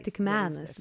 tik menas